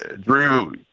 Drew